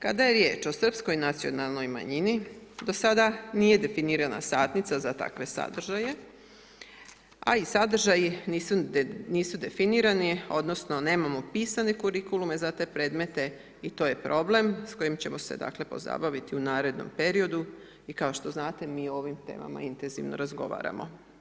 Kada je riječ o srpskoj nacionalnoj manjini do sada nije definirana satnica za takve sadržaje a i sadržaji nisu definirani odnosno nemamo pisane kurikulume za te predmete i to je problem s kojim ćemo se dakle pozabaviti u narednom periodu i kao što znate mi o ovim temama intenzivno razgovaramo.